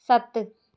ਸੱਤ